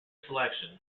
selection